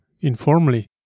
informally